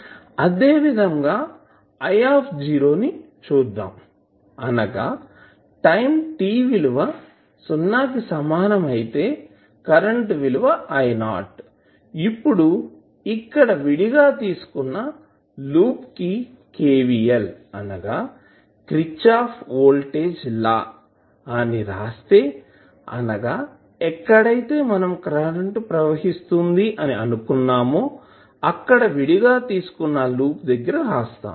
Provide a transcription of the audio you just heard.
అదేవిధంగా iని చూద్దాం అనగా టైం t విలువ సున్నా కి సమానం అయితే కరెంట్ విలువ I0 ఇప్పుడు ఇక్కడ విడిగా తీసుకున్న లూప్ కి KVL అనగా క్రిచ్ఛాప్ వోల్టేజ్ లా ని రాస్తే అనగా ఎక్కడైతే మనం కరెంటు ప్రవహిస్తుంది అని అనుకున్నామో అక్కడ విడిగా తీసుకున్న లూప్ దగ్గర రాస్తాం